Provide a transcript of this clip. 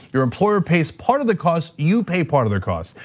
your employer pays part of the cost, you pay part of the cost.